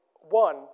one